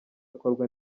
akorwa